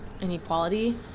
inequality